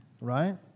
right